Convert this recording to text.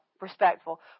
respectful